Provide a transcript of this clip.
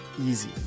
easy